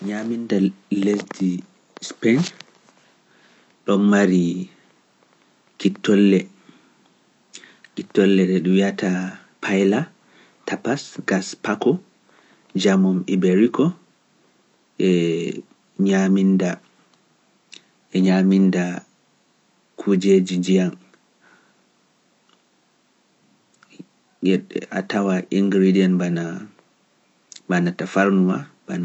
Nyaaminnda lesdi Spain ɗon mari kittolle, kittolle ɗe ɗum wiyata paayla, tapaas, gaaspaako, jamon-iberiko, eh, e nyaaminnda, e nyaaminnda kuujeeji njiyam eh, a - a tawa ingrediants bana, bana tafarnuwa.